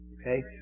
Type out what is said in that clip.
Okay